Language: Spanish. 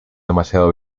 demasiado